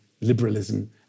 liberalism